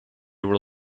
were